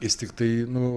jis tiktai nu